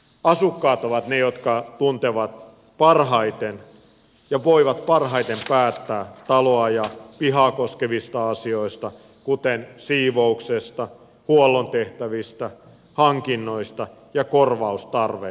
asukkaat ovat ne jotka tuntevat talon ja pihan parhaiten ja voivat parhaiten päättää niitä koskevista asioista kuten siivouksesta huollon tehtävistä hankinnoista ja korjaustarpeista